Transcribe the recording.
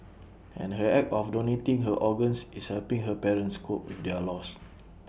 and her act of donating her organs is helping her parents cope with their loss